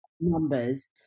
numbers